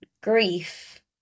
grief